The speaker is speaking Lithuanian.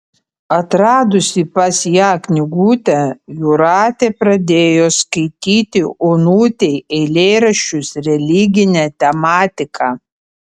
atradusi pas ją knygutę jūratė pradėjo skaityti onutei eilėraščius religine tematika